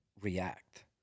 react